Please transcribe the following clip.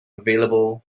available